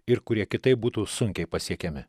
ir kurie kitaip būtų sunkiai pasiekiami